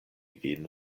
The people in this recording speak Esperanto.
vin